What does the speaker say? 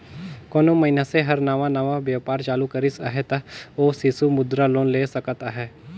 कोनो मइनसे हर नावा नावा बयपार चालू करिस अहे ता ओ सिसु मुद्रा लोन ले सकत अहे